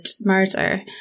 murder